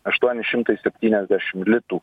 aštuoni šimtai septyniasdešim litų